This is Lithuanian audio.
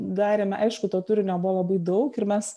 darėme aišku to turinio buvo labai daug ir mes